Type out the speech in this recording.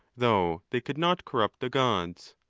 though they could not corrupt the gods.